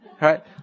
Right